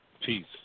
Peace